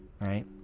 right